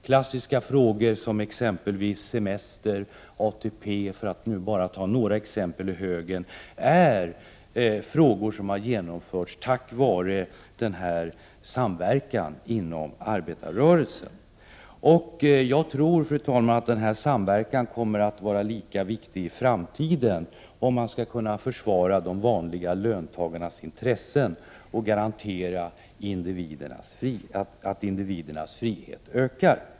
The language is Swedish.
Klassiska frågor som semester och ATP, för att ta ett par exempel ur högen, har kunnat genomföras tack vare denna samverkan inom arbetarrörelsen. Jag tror, fru talman, att denna samverkan kommer att vara lika viktig i framtiden om man skall kunna försvara de vanliga löntagarnas intressen och garantera att individernas frihet ökar.